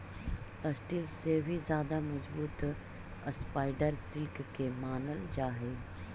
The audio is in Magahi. स्टील से भी ज्यादा मजबूत स्पाइडर सिल्क के मानल जा हई